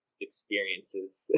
experiences